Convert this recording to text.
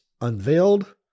unveiled